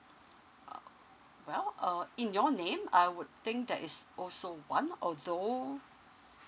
uh well err in your name I would think there is also one although